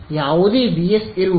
ಯಾವುದೇ ವಿ ಎಸ್ ಇರುವುದಿಲ್ಲ